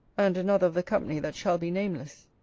and another of the company that shall be nameless.